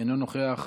אינו נוכח,